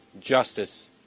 justice